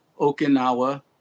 Okinawa